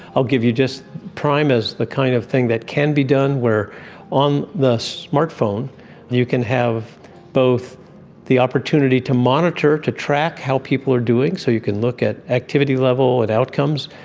i'll give you just prime as the kind of thing that can be done, where on the smart phone you can have both the opportunity to monitor, to track how people are doing, so you can look at activity level and outcomes,